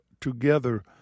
together